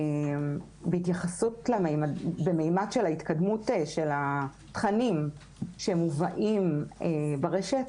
בממד של ההתקדמות של התכנים שמובאים ברשת,